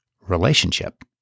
relationship